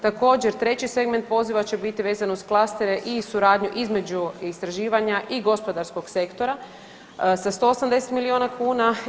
Također, treći segment poziva će biti vezan uz klastere i suradnju između istraživanja i gospodarskog sektora sa 180 miliona kuna.